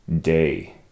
day